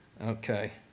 Okay